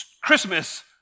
Christmas